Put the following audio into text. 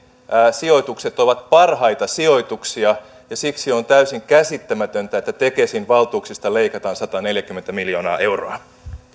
sijoitukset ovat parhaita sijoituksia ja siksi on täysin käsittämätöntä että tekesin valtuuksista leikataan sataneljäkymmentä miljoonaa euroa